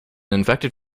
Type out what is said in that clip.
infected